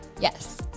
Yes